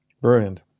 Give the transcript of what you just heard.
Brilliant